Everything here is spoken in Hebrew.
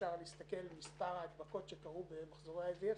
אפשר להסתכל על מספר ההדבקות שקרו במחזורי ה-IVF.